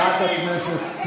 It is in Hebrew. סעיף 3. (קוראת בשם חבר הכנסת)